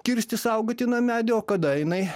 kirsti saugotiną medį o kada jinai